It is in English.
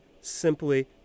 simply